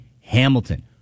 Hamilton